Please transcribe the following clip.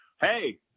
Hey